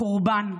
חורבן,